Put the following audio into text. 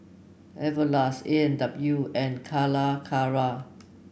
Everlast A and W and Calacara